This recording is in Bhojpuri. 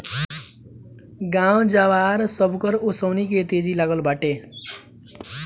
गाँव जवार, सबकर ओंसउनी के तेजी लागल बाटे